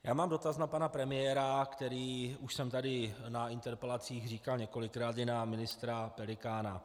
Já mám dotaz na pana premiéra, který už jsem tady na interpelacích říkal několikrát i na ministra Pelikána.